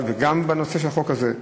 וגם בנושא של החוק הזה.